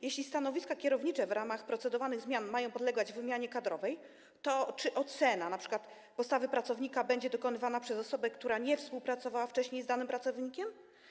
Jeśli stanowiska kierownicze w ramach procedowanych zmian mają podlegać wymianie kadrowej, to czy ocena np. postawy pracownika będzie dokonywana przez osobę, która nie współpracowała wcześniej z danym pracownikiem?